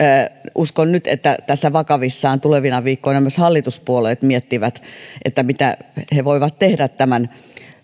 uskon nyt että tässä vakavissaan tulevina viikkoina myös hallituspuolueet miettivät mitä he voivat tehdä tämän